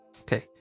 Okay